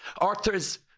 Arthur's